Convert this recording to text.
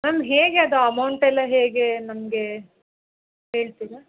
ma'am ಹೇಗೆ ಅದು ಅಮೌಂಟೆಲ್ಲ ಹೇಗೆ ನಮಗೆ ಹೇಳ್ತೀರಾ